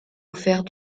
offert